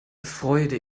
freude